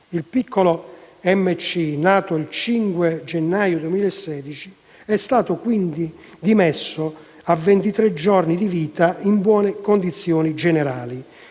Il piccolo MC, nato il 5 gennaio 2016, è stato dimesso a ventitré giorni di vita in buone condizioni generali.